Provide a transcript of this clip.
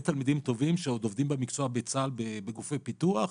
תלמידים טובים שעוד עובדים במקצוע בגופי פיתוח,